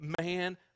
man